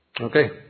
Okay